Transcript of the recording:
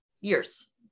Years